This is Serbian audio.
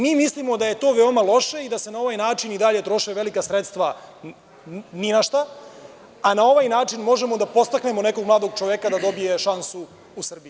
Mi mislimo da je to veoma loše i da se na ovaj način i dalje troše velika sredstva ni našta, a na ovaj način možemo da podstaknemo nekog mladog čoveka da dobije šansu u Srbiji.